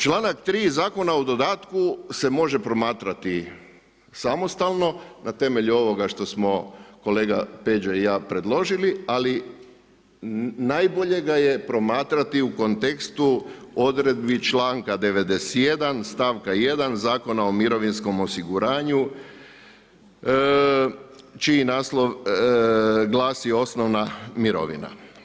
Članak 3. Zakona o dodatku se može promatrati samostalno na temelju ovoga što smo kolega Peđa i ja predložili ali najbolje ga je promatrati u kontekstu odredbi članka 91., stavka 1. Zakona o mirovinskom osiguranju čiji naslov glasi osnovna mirovina.